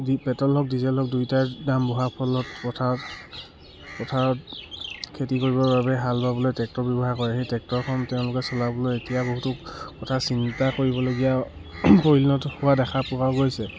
আজি পেট্ৰল হওক ডিজেল হওক দুইটাৰ দাম বহাৰ ফলত পথাৰত পথাৰত খেতি কৰিবৰ বাবে হাল বোৱা ট্ৰেক্টৰ ব্যৱহাৰ কৰে সেই ট্ৰেক্টৰখন তেওঁলোকে চলাবলৈ এতিয়া বহুতো কথা চিন্তা কৰিবলগীয়া পৰিণত হোৱা দেখা পোৱা গৈছে